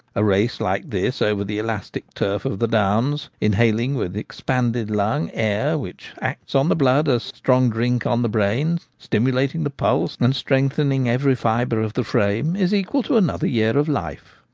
a race like this over the elastic turf of the downs, inhaling with expanded lungs air which acts on the blood as strong drink on the brain, stimulating the pulse, and strengthening every fibre of the frame, is equal to another year of life.